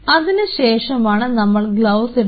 അതിന് ശേഷമാണ് നമ്മൾ ഗ്ലൌസ് ഇടുന്നത്